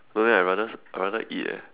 don't know eh I rather I rather eat eh